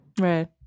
Right